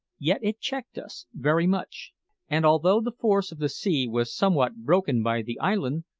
yet it checked us very much and although the force of the sea was somewhat broken by the island,